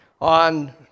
on